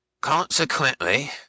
Consequently